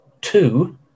two